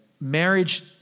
marriage